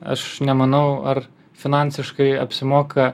aš nemanau ar finansiškai apsimoka